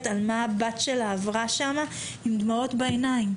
על מה הבת שלה עברה שם עם דמעות בעיניים,